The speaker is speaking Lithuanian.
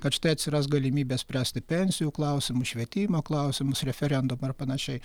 kad štai atsiras galimybė spręsti pensijų klausimus švietimo klausimus referendumu ar panašiai